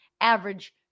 average